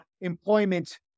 employment